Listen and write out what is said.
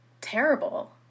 terrible